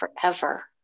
forever